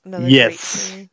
Yes